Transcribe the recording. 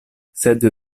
sed